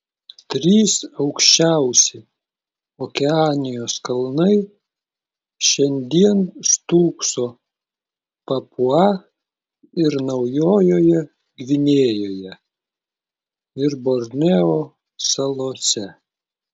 trys aukščiausi okeanijos kalnai šiandien stūkso papua ir naujojoje gvinėjoje ir borneo salose